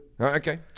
okay